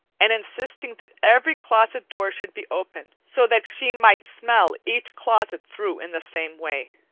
and insisting that every closet door should be opened, so that she might smell each closet through in the same way.